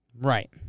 Right